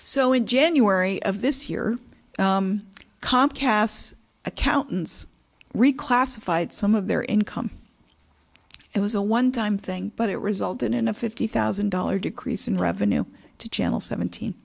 so in january of this year comcast accountants reclassified some of their income it was a one time thing but it resulted in a fifty thousand dollar decrease in revenue to channel seventeen